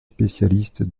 spécialiste